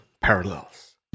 Parallels